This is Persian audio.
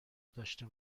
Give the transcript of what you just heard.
داشته